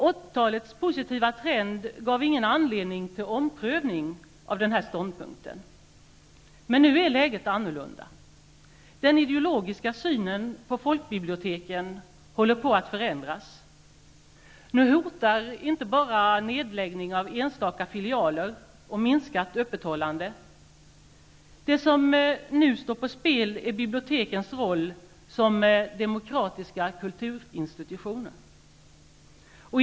80 talets positiva trend gav ingen anledning till omprövning av den här ståndpunkten. Nu är emellertid läget ett annat. Den ideologiska synen på folkbiblioteken håller på att förändras. Nu hotar inte bara nedläggning av enstaka filialer och minskat öppethållande. Nu står bibliotekens roll som demokratiska kulturinstitutioner på spel.